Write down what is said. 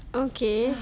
okay